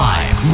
Live